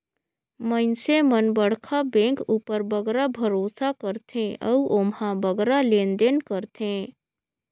मइनसे मन बड़खा बेंक उपर बगरा भरोसा करथे अउ ओम्हां बगरा लेन देन करथें